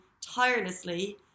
tirelessly